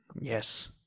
Yes